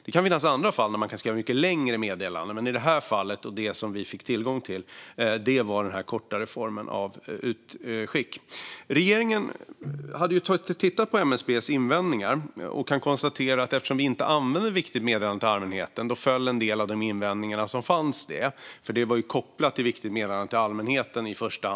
Det kan finnas andra fall då man kan skriva mycket längre meddelanden, men i det här fallet var det den kortare formen av utskick som vi fick tillgång till. Regeringen hade tittat på MSB:s invändningar, men eftersom vi inte använde Viktigt meddelande till allmänheten föll en del av de invändningar som fanns. Den oro myndigheten hade var ju i första hand kopplad till Viktigt meddelande till allmänheten.